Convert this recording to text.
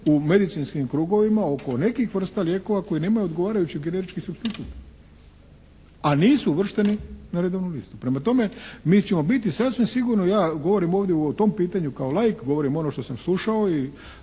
u medicinskim krugovima oko nekih vrsta lijekova koje nemaju odgovarajući generički supstitut, a nisu uvršteni na redovnu listu. Prema tome, mi ćemo biti sasvim sigurno, ja govorim ovdje o tom pitanju kao laik, govorim ono što sam slušao i